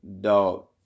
Dog